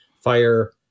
fire